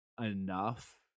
enough